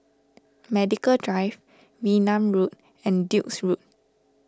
Medical Drive Wee Nam Road and Duke's Road